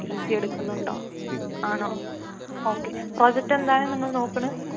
P G എടുക്കുന്നുണ്ടോ ആണോ okay പ്രോജെക്റ്റെന്താണ് നിങ്ങൾ നോക്കണ്